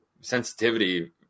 sensitivity